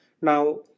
Now